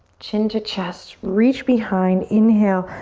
chin to chest. reach behind. inhale,